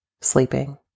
sleeping